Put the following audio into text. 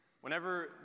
Whenever